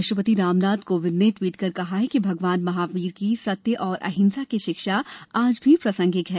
राष्ट्रपति रामनाथ कोविंद ने ट्वीट कर कहा कि भगवान महावीर की सत्य और अहिंसा की शिक्षा आज भी प्रासंगिक है